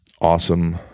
awesome